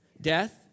Death